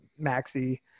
maxi